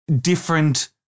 different